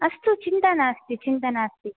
अस्तु चिन्ता नास्ति चिन्ता नास्ति